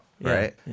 right